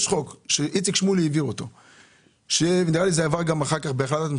יש חוק שאיציק שמולי העביר אותו ונדמה לי שזה עבר גם בחוק ממשלתי,